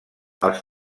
els